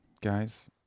guys